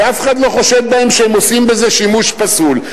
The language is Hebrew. ואף אחד לא חושד בהם שהם עושים בזה שימוש פסול.